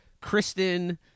Kristen